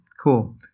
Cool